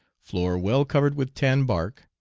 floor well covered with tan bark,